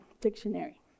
Dictionary